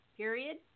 period